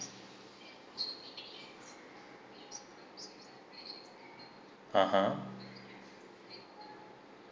(uh huh)